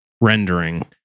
rendering